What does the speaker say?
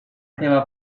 seva